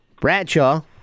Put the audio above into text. Bradshaw